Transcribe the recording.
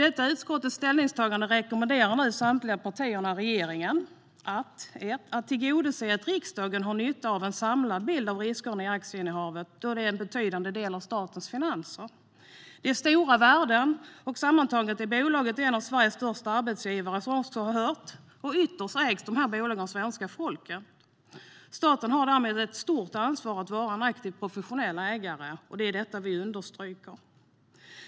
I utskottets ställningstagande rekommenderar nu samtliga partier regeringen att tillgodose att riksdagen har nytta av en samlad bild av riskerna i aktieinnehavet, då det är en betydande del av statens finanser. Det är stora värden - sammantaget är bolagen en av Sveriges största arbetsgivare, som vi också har hört - och ytterst ägs bolagen av svenska folket. Staten har därmed ett stort ansvar för att vara en aktiv och professionell ägare. Det är detta vi understryker.